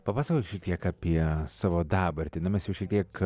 papasakok šiek tiek apie savo dabartį na mes jau šiek tiek